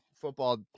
football